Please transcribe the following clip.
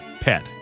pet